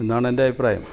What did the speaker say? എന്നാണ് എന്റെ അഭിപ്രായം